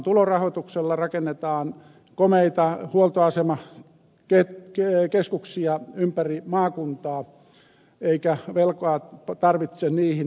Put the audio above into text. tulorahoituksella rakennetaan komeita huoltoasemakeskuksia ympäri maakuntaa eikä velkaa tarvitse niihin ottaa